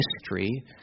history